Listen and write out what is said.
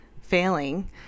failing